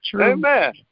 Amen